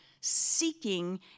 Seeking